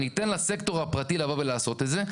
אני אתן לסקטור הפרטי לבוא ולעשות את זה.